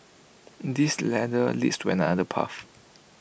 this ladder leads to another path